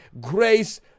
grace